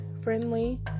friendly